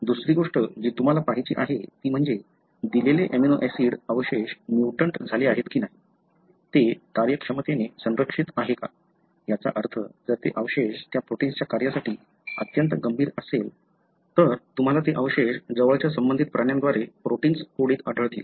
दुसरी गोष्ट जी तुम्हाला पहायची आहे ती म्हणजे दिलेले अमिनो ऍसिड अवशेष म्युटंट झाले आहेत की नाही ते कार्यक्षमतेने संरक्षित आहे का याचा अर्थ जर ते अवशेष त्या प्रोटिन्सच्या कार्यासाठी अत्यंत गंभीर असेल तर तुम्हाला ते अवशेष जवळच्या संबंधित प्राण्यांद्वारे प्रोटिन्स कोडीत आढळतील